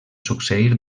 succeir